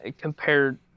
compared